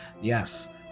yes